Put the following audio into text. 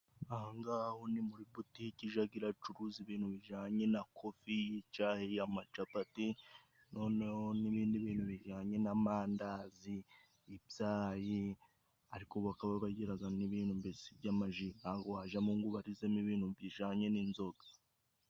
Aha ng'aha ho ni muri butiki ijaga iracuruza ibintu bijanye na kofi, icayi ,amacapati noneho n'ibindi bintu bijyanye n'amandazi, ibyayi ariko bakaba bagiraga n' ibindi bintu mbese by'amaji. Ntabwo wajamo ngo ubarizemo ibintu bijanye n'inzoga.